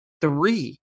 three